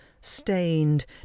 stained